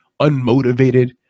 unmotivated